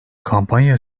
kampanya